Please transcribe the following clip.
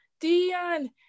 Dion